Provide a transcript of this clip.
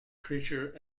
creature